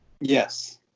Yes